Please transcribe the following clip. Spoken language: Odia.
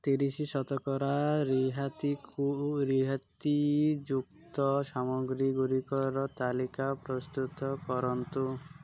ତିରିଶ ଶତକଡ଼ା ରିହାତିକୁ ରିହାତିଯୁକ୍ତ ସାମଗ୍ରୀ ଗୁଡ଼ିକର ତାଲିକା ପ୍ରସ୍ତୁତ କରନ୍ତୁ